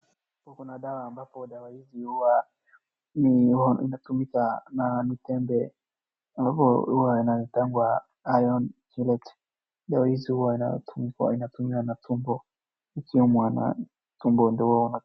Hapo kuna dawa ambapo dawa hizi huwa ni, inatumika na ni tembe, ambapo huwa yanaitangwa iron chelate . Dawa hizi huwa inatumiwa na tumbo likiumwa na tumbo ndio huwa.